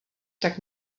tak